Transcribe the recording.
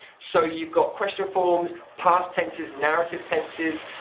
so you've got question forms, past tenses, narrative tenses,